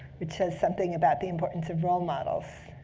which says something about the importance of role models.